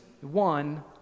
one